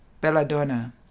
Belladonna